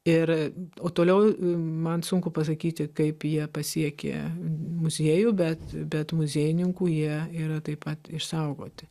ir o toliau man sunku pasakyti kaip jie pasiekė muziejų bet bet muziejininkų jie yra taip pat išsaugoti